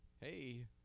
Hey